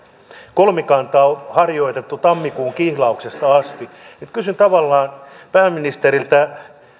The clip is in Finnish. kolmikantaa on harjoitettu tammikuun kihlauksesta asti kysyn tavallaan pääministeriltä onko